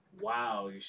Wow